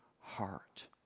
heart